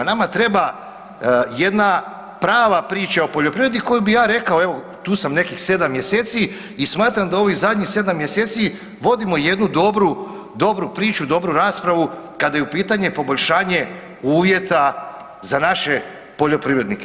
Nama treba jedna prava priča o poljoprivredi koju bi ja rekao, evo tu sam nekih 7 mjeseci i smatram da u ovih zadnjih 7 mjeseci vodimo jednu dobru, dobru priču i dobru raspravu kada je u pitanju poboljšanje uvjeta za naše poljoprivrednike.